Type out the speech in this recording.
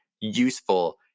useful